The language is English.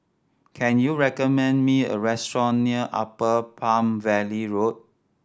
can you recommend me a restaurant near Upper Palm Valley Road